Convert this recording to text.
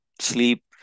sleep